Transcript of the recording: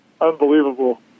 unbelievable